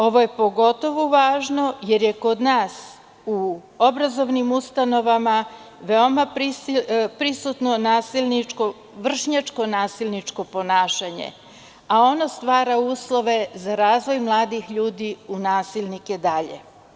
Ovo je pogotovo važno jer je kod nas u obrazovanim ustanovama veoma prisutno vršnjačko nasilničko ponašanje, a ono stvara uslove za razvoj mladih ljudi u nasilnike dalje.